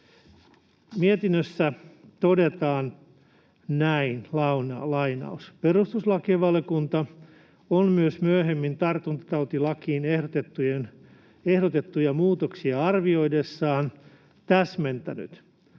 Mietinnössä todetaan näin: ”Perustuslakivaliokunta on myös myöhemmin tartuntatautilakiin ehdotettuja muutoksia arvioidessaan täsmentänyt,